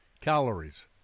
calories